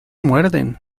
muerden